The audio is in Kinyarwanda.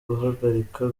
guhagarika